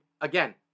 again